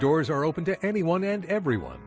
doors are open to anyone and everyone